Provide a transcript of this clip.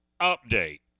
update